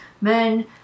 men